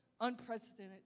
unprecedented